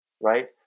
right